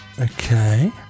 Okay